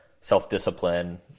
self-discipline